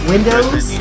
Windows